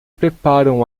preparam